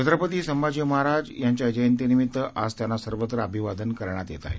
छत्रपती संभाजी महाराज यांच्या जयंतीनिमित्त आज त्यांना सर्वत्र अभिवादन करण्यात येत आहे